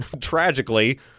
tragically